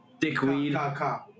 dickweed